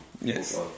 Yes